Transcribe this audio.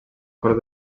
cor